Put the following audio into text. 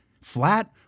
flat